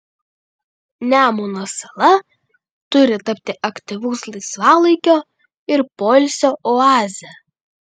nemuno sala turi tapti aktyvaus laisvalaikio ir poilsio oaze